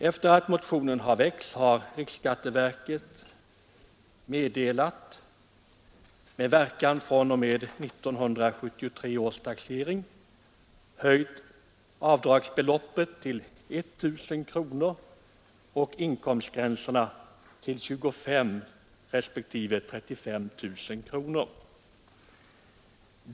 Efter det att motionen väckts har riksskatteverket meddelat anvisningar, med verkan fr.o.m. 1973 års taxering, om höjt avdragsbelopp till 1000 kronor och höjda inkomstgränser till 25 000 respektive 35 000 kronor.